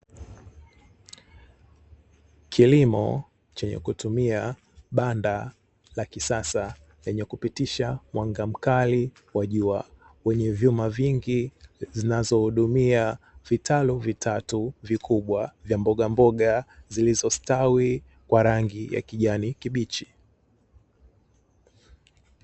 Kilimo chenye kutumia banda la kisasa lenye kupitisha mwanga mkali wa jua wenye vyuma vingi zinazohudumia vitalu vitatu vikubwa vya mbogamboga zilizostawi kwa rangi ya kijani kibichi.